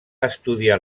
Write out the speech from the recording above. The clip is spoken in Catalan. estudiar